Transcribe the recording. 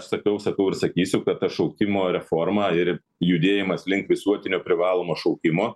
aš sakiau sakau ir sakysiu kad ta šaukimo reforma ir judėjimas link visuotinio privalomo šaukimo